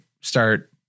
start